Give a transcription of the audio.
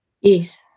Yes